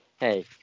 hey